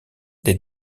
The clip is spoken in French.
des